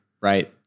right